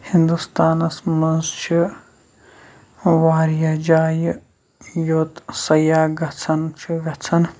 ہِندوستانَس منٛز چھِ واریاہ جایہِ یوٚت سیاح گژھان چھِ گژھان